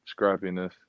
scrappiness